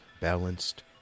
balanced